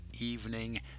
evening